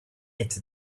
ate